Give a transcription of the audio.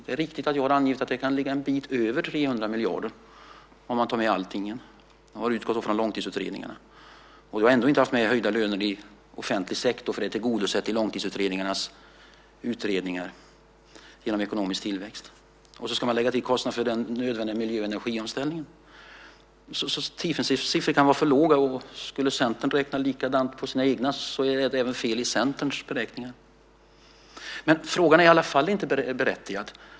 Det är riktigt att jag har angivit att det kan ligga en bit över 300 miljarder om man tar med allting. Jag har utgått från långtidsutredningarna. Och jag har ändå inte tagit med höjda löner i offentlig sektor, för det är tillgodosett i långtidsutredningarna genom ekonomisk tillväxt. Sedan ska man lägga till kostnader för den nödvändiga miljö och energiomställningen. Tiefensees siffror kan vara för låga, och skulle Centern räkna likadant på sina egna siffror är det även fel i Centerns beräkningar. Men frågan är i alla fall inte berättigad.